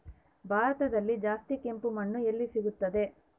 ಭಾರತದಲ್ಲಿ ಜಾಸ್ತಿ ಕೆಂಪು ಮಣ್ಣು ಎಲ್ಲಿ ಸಿಗುತ್ತದೆ?